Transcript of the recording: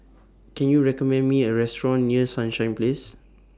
Can YOU recommend Me A Restaurant near Sunshine Place